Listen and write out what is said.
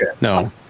No